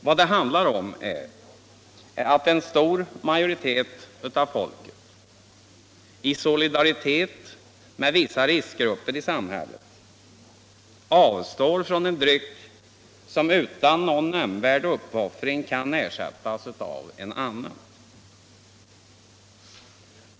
Vad det handlar om är att en stor majoritet av folket i solidaritet med vissa riskgrupper i samhället avstår från att ha tillgång till en dryck som utan någon nämnvärd uppoffring kan ersättas av en annan.